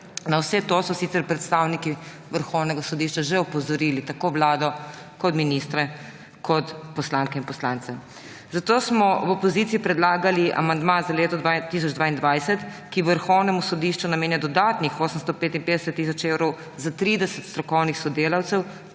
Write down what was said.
Na vse to so sicer predstavniki Vrhovnega sodišča že opozorili tako vlado, ministre kot poslanke in poslance. Zato smo v opoziciji predlagali amandma za leto 2022, ki Vrhovnemu sodišču namenja dodatnih 855 tisoč evrov za 30 strokovnih sodelavcev